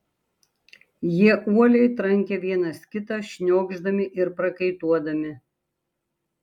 jie uoliai trankė vienas kitą šniokšdami ir prakaituodami